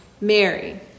Mary